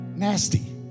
nasty